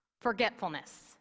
forgetfulness